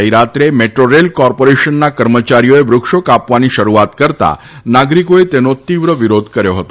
ગઇરાત્રે metro rail કોર્પોરેશનના કર્મચારીઓએ વૃક્ષો કાપવાની શરૂઆત કરતા નાગરિકોએ તેનો તીવ્ર વિરોધ કર્યો હતો